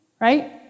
right